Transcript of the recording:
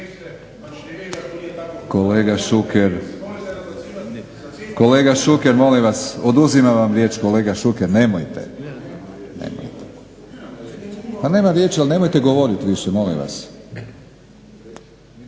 Kolega Šuker molim vas. Oduzimam vam riječ. Kolega Šuker nemojte, nemojte. Pa nema riječi, ali nemojte govoriti više, molim vas.